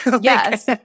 Yes